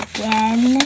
Again